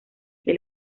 que